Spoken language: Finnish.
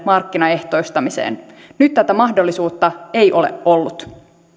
markkinaehtoistamiseen nyt tätä mahdollisuutta ei ole ollut